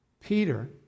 Peter